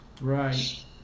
Right